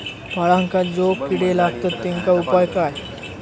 फळांका जो किडे लागतत तेनका उपाय काय?